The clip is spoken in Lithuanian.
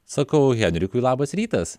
sakau henrikui labas rytas